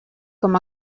com